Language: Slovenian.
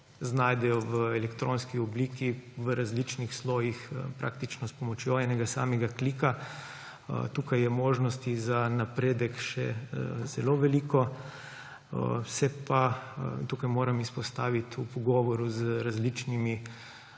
znajdejo v elektronski obliki v različnih slojih praktično s pomočjo enega samega klika. Tukaj je možnosti za napredek še zelo veliko. Se pa – tukaj moram izpostaviti – v pogovoru z različnimi